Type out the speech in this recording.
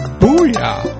booyah